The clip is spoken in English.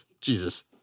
Jesus